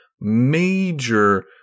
major